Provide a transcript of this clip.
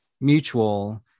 mutual